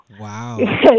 wow